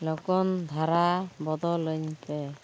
ᱞᱚᱜᱚᱱ ᱫᱷᱟᱨᱟ ᱵᱚᱫᱚᱞᱟᱹᱧ ᱯᱮ